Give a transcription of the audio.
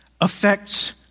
affects